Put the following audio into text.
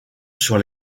sur